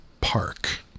park